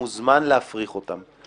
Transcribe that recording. הוא מוזמן להפריך אותם.